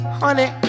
honey